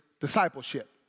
discipleship